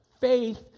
faith